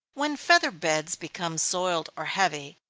when feather beds become soiled or heavy,